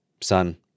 Son